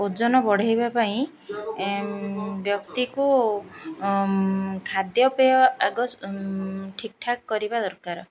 ଓଜନ ବଢ଼ାଇବା ପାଇଁ ବ୍ୟକ୍ତିକୁ ଖାଦ୍ୟପେୟ ଆଗ ଠିକ୍ ଠାକ୍ କରିବା ଦରକାର